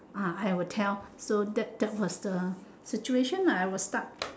ah I will tell so that that was the situation ah I was stuck